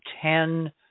ten